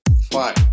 five